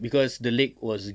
cause the leg was giving